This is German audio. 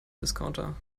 discounter